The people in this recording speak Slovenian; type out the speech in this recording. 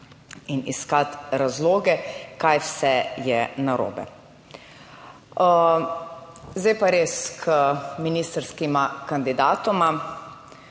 in iskati razloge, kaj vse je narobe. Zdaj pa res k ministrskima kandidatoma.